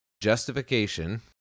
justification